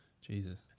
Jesus